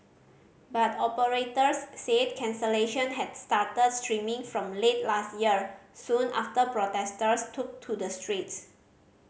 but operators said cancellation had started streaming from late last year soon after protesters took to the streets